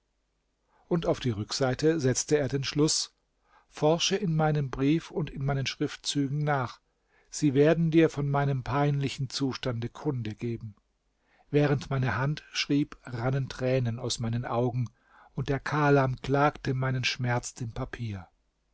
und auf die rückseite setzte er den schluß forsche in meinem brief und in meinen schriftzügen nach sie werden dir von meinem peinlichen zustande kunde geben während meine hand schrieb rannen tränen aus meinen augen und der kalam klagte meinen schmerz dem papier